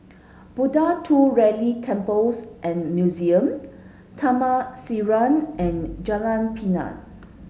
Buddha Tooth Relic Temples and Museum Taman Sireh and Jalan Pinang